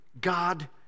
God